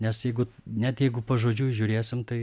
nes jeigu net jeigu pažodžiui žiūrėsim tai